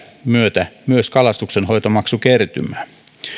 myötä myös kalastuksenhoitomaksukertymää